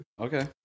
Okay